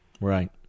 Right